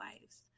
lives